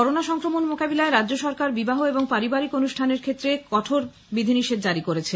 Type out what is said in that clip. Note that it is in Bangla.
করোনা সংক্রমণ মোকাবিলায় রাজ্য সরকার বিবাহ এবং পারিবারিক অনুষ্ঠানের ক্ষেত্রেও কঠোর বিধি নিষেধ জারি করেছে